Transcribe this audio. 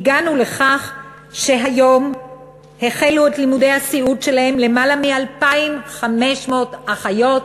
הגענו לכך שהיום החלו את לימודי הסיעוד שלהן למעלה מ-2,500 אחיות,